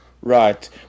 Right